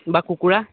বা কুকুৰা